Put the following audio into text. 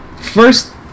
first